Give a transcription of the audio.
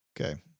Okay